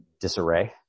disarray